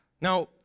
Now